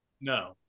No